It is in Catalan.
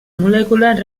molècules